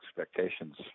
expectations